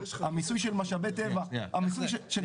המיסוי של משאבי טבע --- גיא,